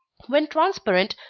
when transparent,